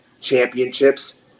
Championships